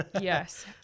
Yes